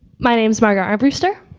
my name is margo abrewster.